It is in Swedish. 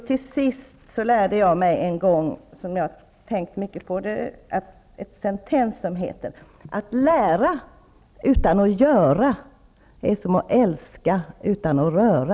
Till sist; Det finns en sentens som lyder: Att lära utan att göra är som att älska utan att röra.